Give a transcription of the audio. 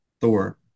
Thor